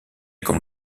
comme